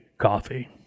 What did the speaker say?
coffee